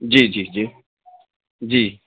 جی جی جی جی